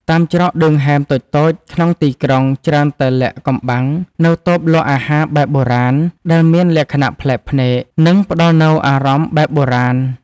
តាមច្រកឌឿងហែមតូចៗក្នុងទីក្រុង ច្រើនតែលាក់កំបាំងនូវតូបលក់អាហារបែបបុរាណ ដែលមានលក្ខណៈប្លែកភ្នែក និងផ្ដល់នូវអារម្មណ៍បែបបុរាណ។